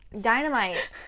dynamite